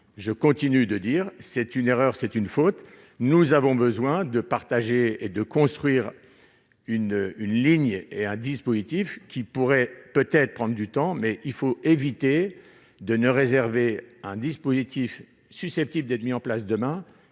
je continue de dire : c'est une erreur, c'est une faute, nous avons besoin de partager et de construire une une ligne est un dispositif qui pourrait peut-être prendre du temps mais il faut éviter de ne réserver un dispositif susceptible d'être mis en place demain